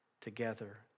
together